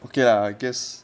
okay lah I guess